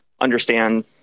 understand